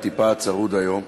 אני טיפה צרוד היום,